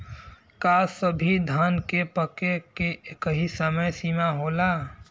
का सभी धान के पके के एकही समय सीमा होला?